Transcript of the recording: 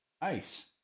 Ice